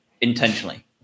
intentionally